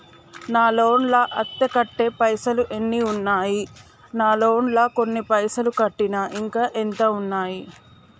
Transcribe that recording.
నా లోన్ లా అత్తే కట్టే పైసల్ ఎన్ని ఉన్నాయి నా లోన్ లా కొన్ని పైసల్ కట్టిన ఇంకా ఎంత ఉన్నాయి?